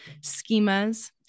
schemas